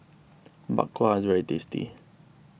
Bak Kwa is very tasty